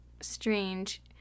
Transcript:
strange